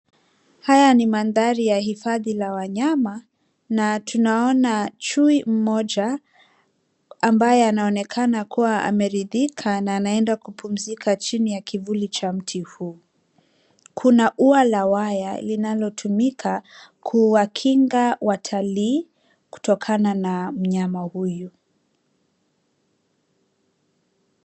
Haya ni mandhari ya hifadhi la wanyama na tunaona chui mmoja ambaye anaonekana kuwa ameridhika na anenda kupumzika chini ya kivuli cha mti huu. Kuna ua la waya linalotumika kuwakinga watlii kutokana na mnyama huyu.